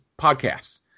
podcasts